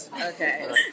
Okay